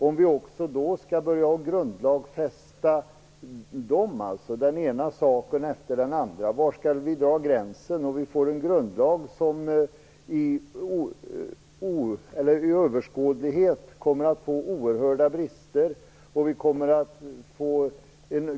Om vi skall börja grundlagsfästa den ena saken efter den andra, var skall vi då dra gränsen om vi får en grundlag som kommer att få oerhörda brister när det gäller överskådlighet.